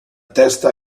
testa